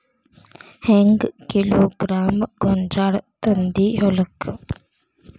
ಹೆಂಗ್ ಕಿಲೋಗ್ರಾಂ ಗೋಂಜಾಳ ತಂದಿ ಹೊಲಕ್ಕ?